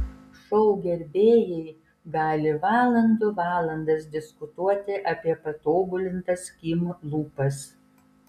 šou gerbėjai gali valandų valandas diskutuoti apie patobulintas kim lūpas